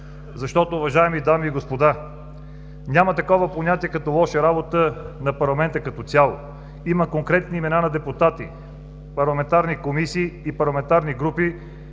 Уважаеми дами и господа, няма такова понятие като „лоша работа“ на парламента като цяло. Има конкретни имена на депутати, парламентарни комисии и парламентарни групи,